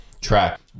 track